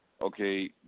okay